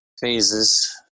phases